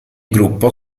gruppo